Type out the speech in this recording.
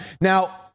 Now